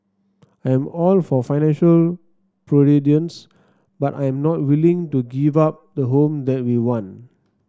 I am all for financial prudence but I am not willing to give up the home that we want